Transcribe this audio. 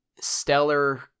stellar